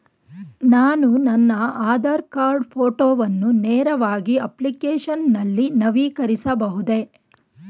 ನಾನು ನನ್ನ ಆಧಾರ್ ಕಾರ್ಡ್ ಫೋಟೋವನ್ನು ನೇರವಾಗಿ ಅಪ್ಲಿಕೇಶನ್ ನಲ್ಲಿ ನವೀಕರಿಸಬಹುದೇ?